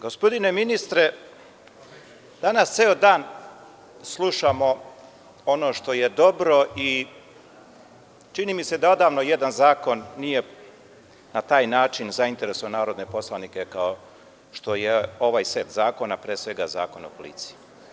Gospodine ministre, danas ceo dan slušamo ono što je dobro i čini mi se da odavno jedan zakon nije na taj način zainteresovao narodne poslanike, kao što je ovaj set zakona, pre svega Zakon o policiji.